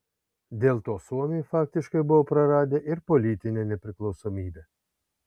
dėl to suomiai faktiškai buvo praradę ir politinę nepriklausomybę